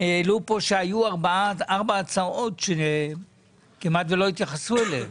העלו פה את העניין שהיו ארבע הצעות שכמעט ולא התייחסו אליהן.